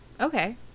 Okay